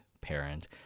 parent